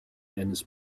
denniz